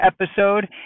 episode